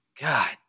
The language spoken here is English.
God